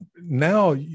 now